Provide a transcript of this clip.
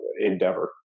endeavor